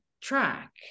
track